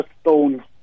stone